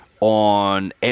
on